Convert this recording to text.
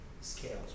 scales